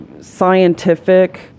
scientific